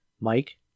Mike